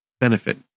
benefit